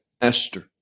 Esther